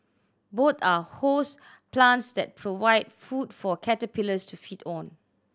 both are host plants that provide food for caterpillars to feed on